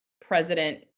president